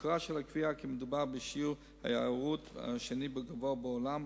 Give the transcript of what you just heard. מקורה של הקביעה שמדובר בשיעור ההיארעות השני בגובהו בעולם,